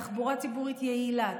תחבורה ציבורית יעילה,